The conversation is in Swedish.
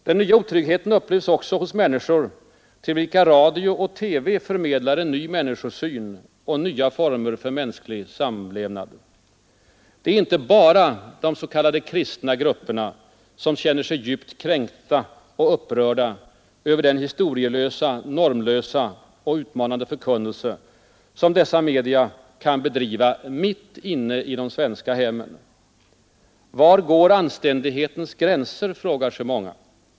Den nya otryggheten upplevs också hos människor, till vilka radio och TV förmedlar en ny människosyn och nya former för mänsklig samlevnad. Det är inte bara de s.k. kristna grupperna som känner sig djupt kränkta och upprörda över den historielösa, normlösa och utmanande förkunnelse, som dessa media kan bedriva mitt inne i de svenska hemmen. Var går anständighetens gränser? frågar sig många.